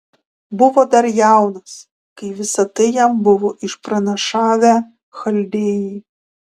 buvo dar jaunas kai visa tai jam buvo išpranašavę chaldėjai